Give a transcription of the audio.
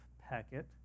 packet